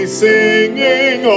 singing